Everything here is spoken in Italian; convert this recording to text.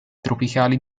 tropicali